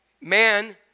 man